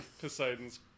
Poseidon's